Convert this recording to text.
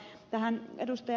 mutta tähän ed